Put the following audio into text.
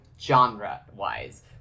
genre-wise